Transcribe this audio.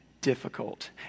difficult